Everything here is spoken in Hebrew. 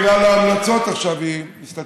יכול להיות שבגלל ההמלצות עכשיו היא מסתתרת.